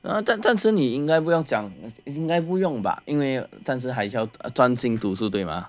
暂时你应该不用讲应该不用吧因为暂时还需要专心读书对吗